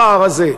הפער הזה,